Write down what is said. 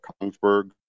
Kongsberg